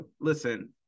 listen